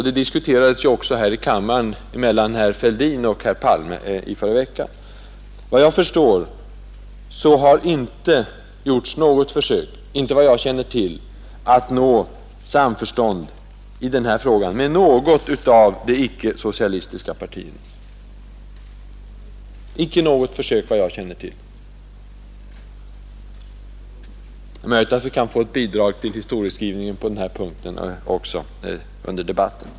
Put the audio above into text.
Det diskuterades också här i kammaren mellan herr Fälldin och herr Palme förra veckan. Vad jag känner till har det inte gjorts något försök av socialdemokraterna att nå samförstånd i den här frågan med något av de icke socialistiska partierna, men det är möjligt att vi kan få ett bidrag till historieskrivningen under debatten.